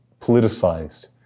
politicized